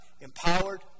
empowered